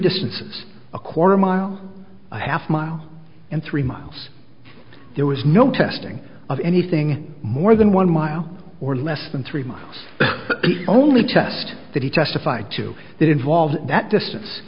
distances a quarter mile a half mile in three months there was no testing of anything more than one mile or less than three months only test that he testified to that involved that distance